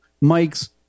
Mike's